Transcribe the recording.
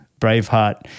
Braveheart